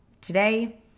today